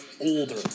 older